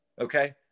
okay